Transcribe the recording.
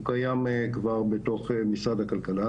הוא קיים כבר בתוך משרד הכלכלה,